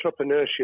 entrepreneurship